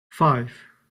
five